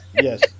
Yes